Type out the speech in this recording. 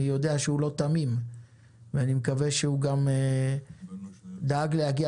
אני יודע שהוא לא תמים ואני מקווה שהוא גם דאג להגיע